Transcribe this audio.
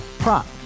Prop